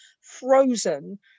frozen